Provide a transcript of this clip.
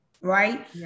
Right